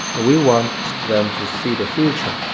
we want them to see the future.